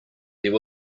there